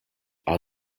are